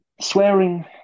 swearing